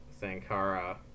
Sankara